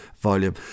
volume